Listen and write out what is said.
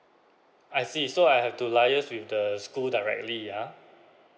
I see so I have to liaise with the school directly yeah